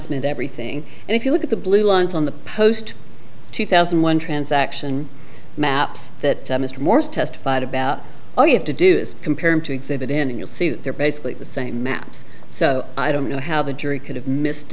meant everything and if you look at the blue lines on the post two thousand and one transaction maps that mr morse testified about all you have to do is compare him to exhibit in and you'll see that they're basically the same maps so i don't know how the jury could have missed